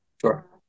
Sure